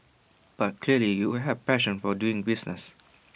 but clearly you have A passion for doing business